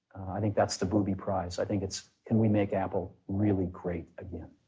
i think that's the booby prize. i think it's, can we make apple really great again?